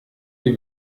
die